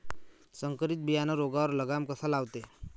संकरीत बियानं रोगावर लगाम कसा लावते?